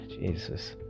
Jesus